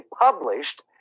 published